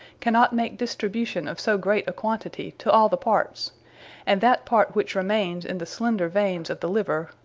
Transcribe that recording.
cannot make distribution of so great a quantity to all the parts and that part which remaines in the slender veines of the liver,